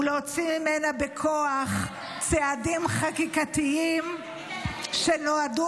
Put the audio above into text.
ולהוציא ממנה בכוח צעדים חקיקתיים שנועדו